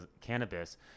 cannabis